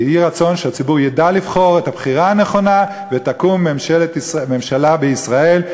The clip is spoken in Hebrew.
ויהי רצון שהציבור ידע לבחור את הבחירה הנכונה ותקום ממשלה בישראל,